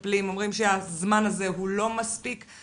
אנחנו יודעים שכבר מצאתם בעבר שכ-10% לא קיבלו רישיונות.